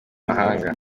mahanga